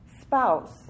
spouse